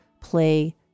play